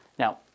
Now